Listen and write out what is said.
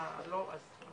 אבל